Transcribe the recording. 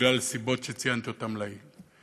בגלל סיבות שציינתי אותן לעיל.